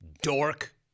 Dork